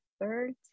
third